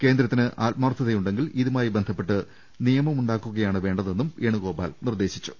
കേന്ദ്രത്തിന് ആത്മാർത്ഥതയുണ്ടെങ്കിൽ ഇതുമായി ബന്ധപ്പെട്ട് നിയമം ഉണ്ടാക്കു കയാണ് വേണ്ടതെന്നും വേണുഗോപാൽ നിർദേശിച്ചു